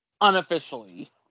unofficially